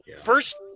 first